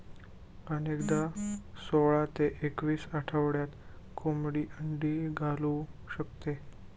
अनेकदा सोळा ते एकवीस आठवड्यात कोंबडी अंडी घालू शकते